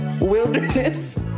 wilderness